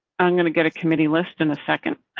i'm going to get a committee list in a second.